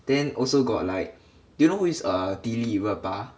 then also got like do you know who is err 迪丽热巴